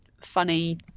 funny